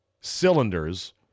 cylinders